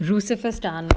rusepher stan